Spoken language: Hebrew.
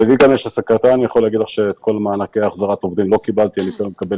אני כבעל עסק קטן יכול להגיד לך שאת כל מענקי החזרת עובדים לא קיבלתי.